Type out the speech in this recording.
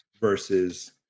versus